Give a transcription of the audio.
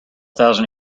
thousand